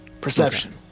Perception